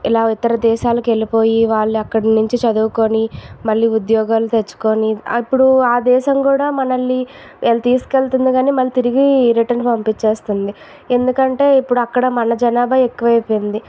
ఇలా ఇతర దేశాలకు వెళ్పోళియి వాళ్ళు అక్కడ నుంచి చదువుకోని మళ్ళీ ఉద్యోగాలు తెచ్చుకోని అప్పుడు ఆ దేశం కూడా మనల్ని తీసుకు వెళ్తుంది కానీ మళ్ళీ తిరిగి రిటర్ను పంపించేస్తుంది ఎందుకంటే ఇప్పుడు అక్కడ మన జనాభా ఎక్కువైపోయింది